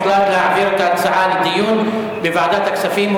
הוחלט להעביר את ההצעות לדיון בוועדת הכספים.